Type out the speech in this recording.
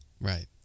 Right